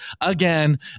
again